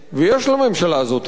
ויש לממשלה הזאת אמת.